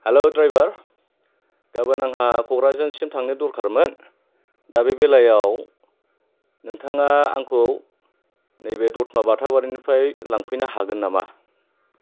hello driver गाबोन आंहा क'कराझारसिम थांनो गोनांमोन दा बे बेलायाव नोंथाङा आंखौ नैबे दतमा बाथाबारिनिफ्राय लांफैनो हागोन नामा